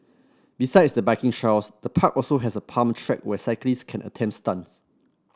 besides the biking trails the park also has a pump track where cyclists can attempt stunts